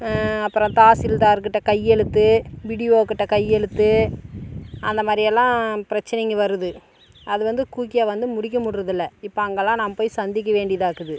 அப்புறம் தாசில்தார்கிட்ட கையெழுத்து பிடிஓகிட்ட கையெழுத்து அந்த மாரி எல்லாம் பிரச்சனைங்க வருது அது வந்து குயிக்காக வந்து முடிக்க முடியிறது இல்லை இப்போ அங்கேலாம் நான் போய் சந்திக்க வேண்டியதாக இக்குது